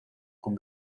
con